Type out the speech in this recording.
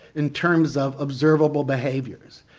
in terms of observable behaviours.